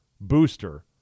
booster